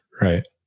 Right